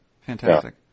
fantastic